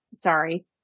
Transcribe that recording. sorry